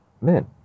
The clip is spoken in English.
men